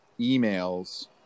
emails